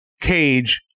cage